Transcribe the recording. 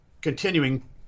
continuing